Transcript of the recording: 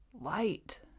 light